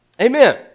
Amen